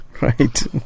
Right